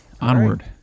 Onward